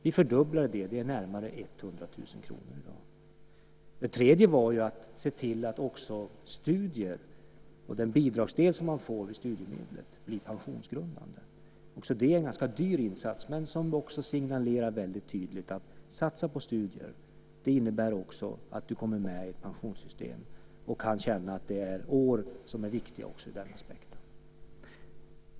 Vi fördubblade det, och det är i dag närmare 100 000 kr. Det tredje var att se till att också studier och den bidragsdel som man får i studiemedlen blir pensionsgrundande. Också det är en ganska dyr insats, men en insats som väldigt tydligt signalerar: Satsa på studier, för det innebär att du kommer med i pensionssystemet och kan känna att det är år som är viktiga också ur den aspekten.